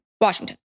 Washington